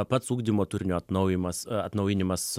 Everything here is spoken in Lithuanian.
pats ugdymo turinio atnaujimas atnaujinimas